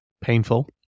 painful